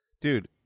Dude